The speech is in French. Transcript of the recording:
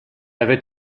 avait